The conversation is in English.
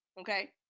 Okay